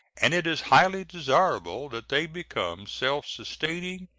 and it is highly desirable that they become self-sustaining,